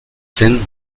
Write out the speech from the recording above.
zen